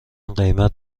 قیمت